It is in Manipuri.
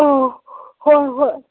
ꯑꯣ ꯍꯣꯏ ꯍꯣꯏ